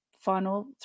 final